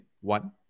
one